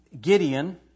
Gideon